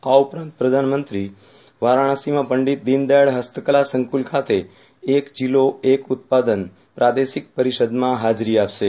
આ ઉપરાંત પ્રધાનમંત્રી વારાગ્રસીમાં પંડીત દીનદયાળ હસ્તકલા સંકુલ ખાતે એક જિલ્લો એક ઉત્પાદન પ્રાદેશિક પરિષદમાં હાજરી આપશે